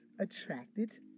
attracted